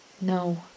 No